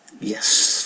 Yes